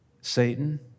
Satan